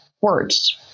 words